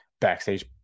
backstage